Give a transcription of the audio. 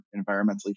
environmentally